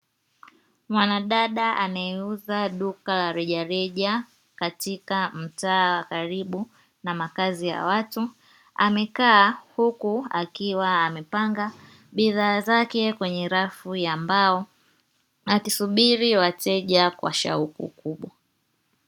Mwanadada anayeuza duka la rejareja katika mtaa wa karibu na makazi ya watu, amekaa huku akiwa amepanga bidhaa zake kwenye rafu ya mbao; akisubiri wateja kwa shauku kubwa.